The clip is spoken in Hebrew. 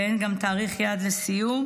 ואין גם תאריך יעד לסיום.